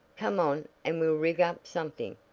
come on, and we'll rig up something.